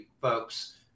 folks